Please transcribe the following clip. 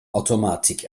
automatik